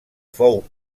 fou